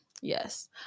yes